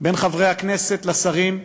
בין חברי הכנסת לשרים,